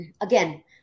again